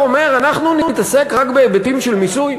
אומר: אנחנו נתעסק רק בהיבטים של מיסוי?